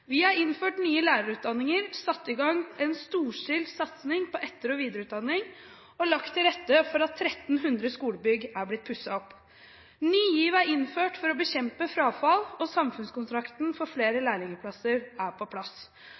Vi har innført nye lærerutdanninger, satt i gang en storstilt satsing på etter- og videreutdanning og lagt til rette for at 1 300 skolebygg er blitt pusset opp. Ny GIV er innført for å bekjempe frafall, og samfunnskontrakten for flere lærlingplasser er på plass.